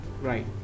right